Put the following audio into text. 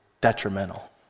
detrimental